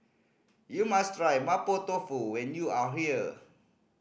you must try Mapo Tofu when you are here